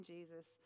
Jesus